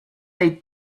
they